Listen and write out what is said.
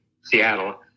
Seattle